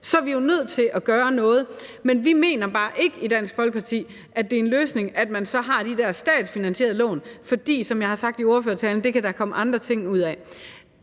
er vi jo nødt til at gøre noget. Men vi mener bare ikke i Dansk Folkeparti, at det er en løsning, at man så har de der statsfinansierede lån, fordi der, som jeg har sagt i min ordførertale, kan komme andre ting ud af